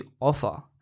offer